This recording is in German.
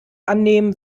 annehmen